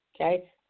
Okay